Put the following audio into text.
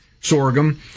sorghum